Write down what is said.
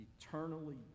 eternally